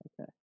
okay